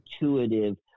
intuitive